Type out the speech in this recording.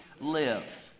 live